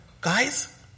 guys